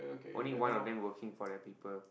only one of them working for their people